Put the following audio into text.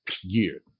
year